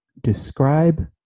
Describe